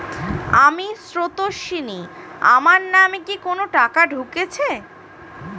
আমি স্রোতস্বিনী, আমার নামে কি কোনো টাকা ঢুকেছে?